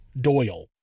Doyle